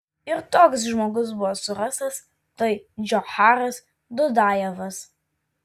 ir toks žmogus buvo surastas tai džocharas dudajevas